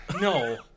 no